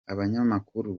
abanyamakuru